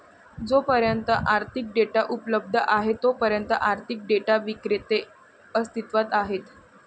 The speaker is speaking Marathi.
जोपर्यंत आर्थिक डेटा उपलब्ध आहे तोपर्यंत आर्थिक डेटा विक्रेते अस्तित्वात आहेत